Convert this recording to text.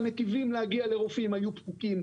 הנתיבים להגיע לרופאים היו פחותים.